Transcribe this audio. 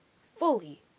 fully